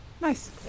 Nice